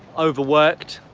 overworked,